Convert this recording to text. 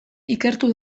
ikertu